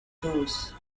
tools